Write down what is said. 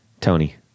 Tony